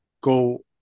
go